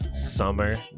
summer